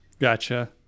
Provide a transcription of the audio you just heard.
Gotcha